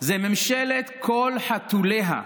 זו ממשלת כל חתוליה,